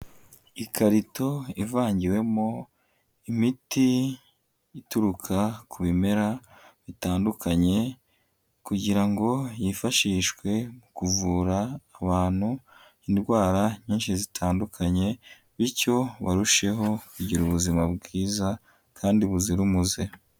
Ikarito ivangiwemo imiti ituruka ku bimera bitandukanye kugira ngo yifashishwe mu kuvura abantu indwara nyinshi zitandukanye bityo barusheho kugira ubuzima bwiza kandi buzira umuze.